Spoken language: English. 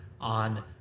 on